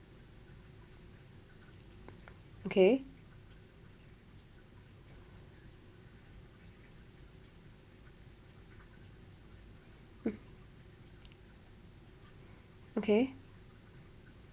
okay okay